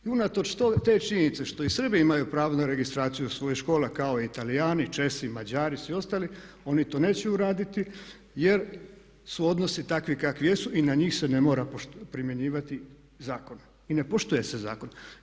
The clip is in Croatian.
I unatoč toj činjenici što i Srbi imaju pravo na registraciju svojih škola kao i Talijani, Česi, Mađari i svi ostali, oni to neće uraditi jer su odnosi takvi kakvi jesu i na njih se ne mora primjenjivati zakon i ne poštuje se zakon.